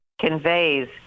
conveys